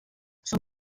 són